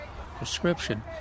prescription